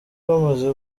bamaze